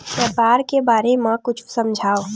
व्यापार के बारे म कुछु समझाव?